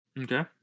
Okay